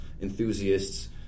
enthusiasts